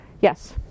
Yes